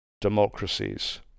democracies